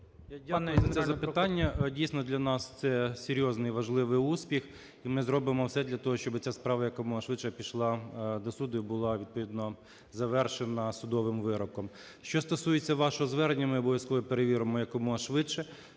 дякую за це запитання. Дійсно, для нас це серйозний і важливий успіх. І ми зробимо все для того, щоб ця справа якомога швидше пішла до суду і була відповідно завершена судовим вироком. Що стосується вашого звернення, ми обов'язково перевіримо якомога швидше.